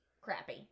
crappy